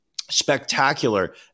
spectacular